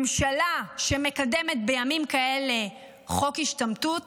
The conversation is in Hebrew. ממשלה שמקדמת בימים כאלה חוק השתמטות